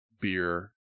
beer